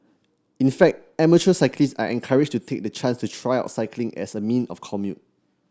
in fact amateur cyclists are encouraged to take the chance to try out cycling as a mean of commute